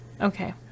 Okay